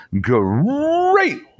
great